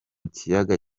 kiyaga